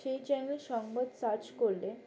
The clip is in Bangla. সেই চ্যানেল সংবাদ সার্চ করলে